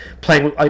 playing